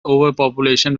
overpopulation